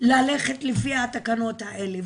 ללכת לפי התקנות האלה.